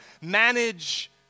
manage